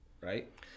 right